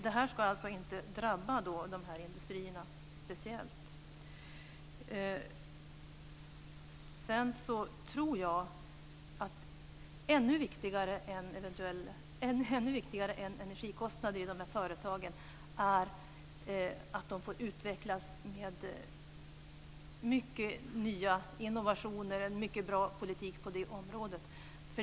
Detta ska alltså inte drabba de här industrierna speciellt. Sedan tror jag att ännu viktigare än energikostnaderna i de här företagen är att de får utvecklas med mycket av nya innovationer och en mycket bra politik på det området.